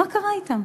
מה קרה אתם?